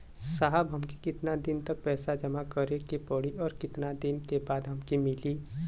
साहब हमके कितना दिन तक पैसा जमा करे के पड़ी और कितना दिन बाद हमके मिली?